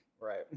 right